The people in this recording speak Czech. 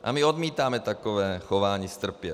A my odmítáme takové chování strpět.